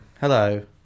Hello